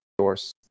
source